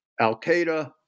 al-Qaeda